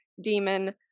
demon